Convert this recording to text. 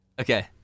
Okay